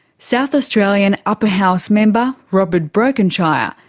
south australian upper house member robert brokenshire,